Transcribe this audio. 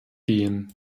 gehen